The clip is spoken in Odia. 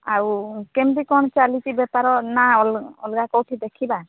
ଆଉ କେମିତି କ'ଣ ଚାଲିଚି ବେପାର ନା ଅ ଅଲଗା କୋଉଠି ଦେଖିବା